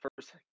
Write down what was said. first